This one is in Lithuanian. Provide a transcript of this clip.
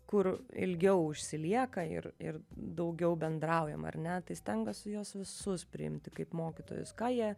kur ilgiau užsilieka ir ir daugiau bendraujam ar ne tai stenka su jos visus priimti kaip mokytojus ką jie